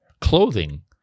clothing